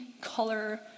color